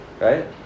right